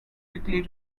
quickly